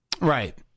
Right